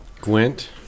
Gwent